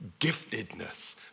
giftedness